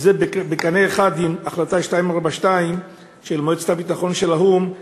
וזה עולה בקנה אחד עם החלטה 242 של מועצת הביטחון של האו"ם,